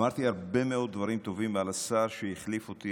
אמרתי הרבה מאוד דברים טובים על השר שהחליף אותי,